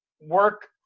work